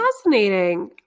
fascinating